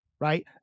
Right